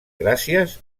gràcies